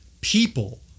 people